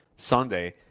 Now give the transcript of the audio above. Sunday